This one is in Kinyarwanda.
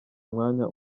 umwanya